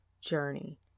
journey